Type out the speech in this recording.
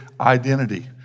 identity